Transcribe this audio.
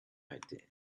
idea